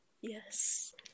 Yes